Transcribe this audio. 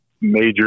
major